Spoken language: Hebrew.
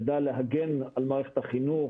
תדע להגן על מערכת החינוך,